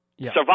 survive